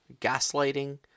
gaslighting